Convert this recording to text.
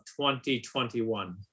2021